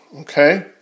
okay